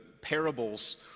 parables